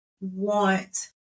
want